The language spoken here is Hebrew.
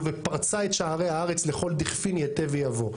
ופרצה את שערי הארץ לכל דיכפין ייתי ויבוא.